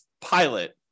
pilot